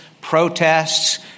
protests